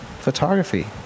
photography